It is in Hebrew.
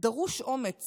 דרוש אומץ